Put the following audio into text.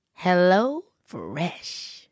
HelloFresh